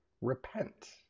repent